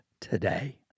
today